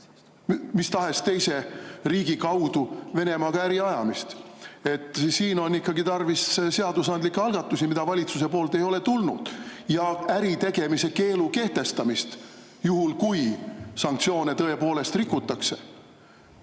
mis tahes teise riigi kaudu Venemaaga äriajamist. Siin on ikkagi tarvis seadusandlikke algatusi, mida valitsuselt ei ole tulnud, ja äritegemise keelu kehtestamist, juhul kui sanktsioone tõepoolest rikutakse.